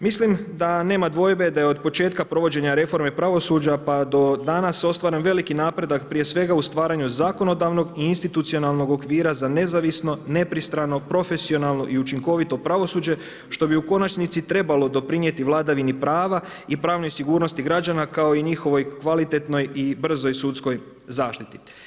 Mislim da nema dvojbe da je od početka provođenja reforme pravosuđa pa do danas ostvaren veliki napredak prije svega u stvaranju zakonodavnog i institucionalnog okvira za nezavisno, nepristrano, profesionalno i učinkovito pravosuđe što bi u konačnici trebalo doprinijeti vladavini prava i pravnoj sigurnosti građana, kao i njihovoj kvalitetnoj i brzoj sudskoj zaštiti.